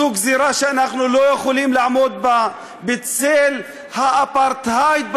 זו גזירה שאנחנו לא יכולים לעמוד בה בצל האפרטהייד בתכנון: